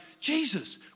Jesus